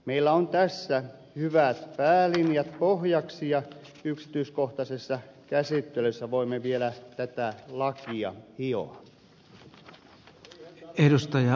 meillä on tässä hyvät päälinjat pohjaksi ja yksityiskohtaisessa käsittelyssä voimme vielä tätä lakia hioa